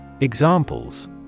Examples